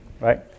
right